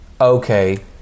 Okay